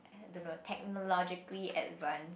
I don't know technologically advanced